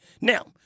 Now